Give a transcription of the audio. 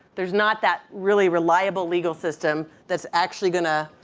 there's not that really reliable legal system that's actually going to,